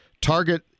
Target